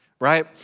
right